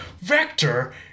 Vector